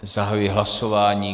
Zahajuji hlasování.